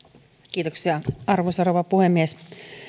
arvoisa rouva puhemies